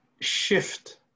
shift